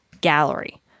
gallery